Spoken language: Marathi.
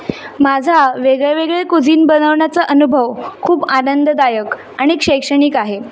मा माझा वेगळ्यावेगळे कुझीन बनवण्याचा अनुभव खूप आनंददायक आणि शैक्षणिक आहे